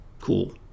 cool